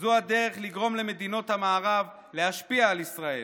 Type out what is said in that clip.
זו הדרך לגרום למדינות המערב להשפיע על ישראל,